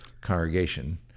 congregation